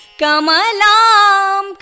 Kamalam